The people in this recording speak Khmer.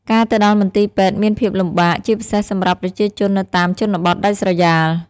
ការទៅដល់មន្ទីរពេទ្យមានភាពលំបាក ជាពិសេសសម្រាប់ប្រជាជននៅតាមជនបទដាច់ស្រយាល។